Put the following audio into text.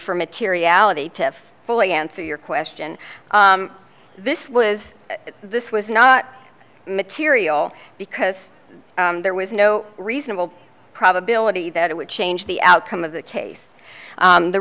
for materiality to fully answer your question this was this was not material because there was no reasonable probability that it would change the outcome of the case